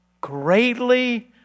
Greatly